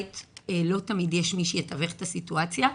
לא תמיד יש מי שיתווך את הסיטואציה.